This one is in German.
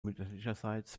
mütterlicherseits